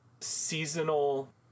seasonal